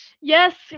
Yes